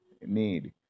need